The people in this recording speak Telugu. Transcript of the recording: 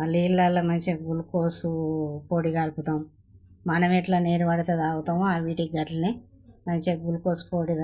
ఆ నీళ్ళల్లో మంచిగా గ్లూకోజ్ పొడి కలుపుతాం మనం ఎట్లా నీరుపడితే తాగుతామో అవి వాటికి అట్లనే మంచిగా గ్లూకోజ్ పొడి